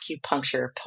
acupuncture